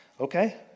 Okay